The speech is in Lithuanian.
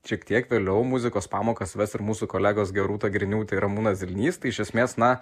šiek tiek vėliau muzikos pamokas ves ir mūsų kolegos rūta griniūtė ir ramūnas zilnys tai iš esmės na